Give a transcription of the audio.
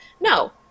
No